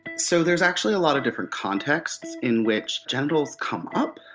so there's actually a lot of different contexts in which genitals come up,